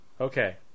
Okay